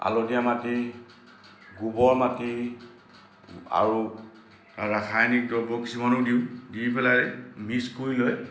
আলতীয়া মাটি গোবৰ মাটি আৰু ৰাসায়নিক দ্ৰব্য কিছুমানো দিওঁ দি পেলাই মিক্স কৰি লৈ